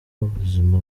ubuzima